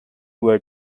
were